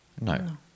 no